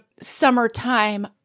summertime